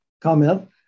comment